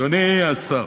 אדוני השר,